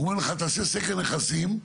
אומרים לך תעשה סקר נכסים,